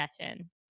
session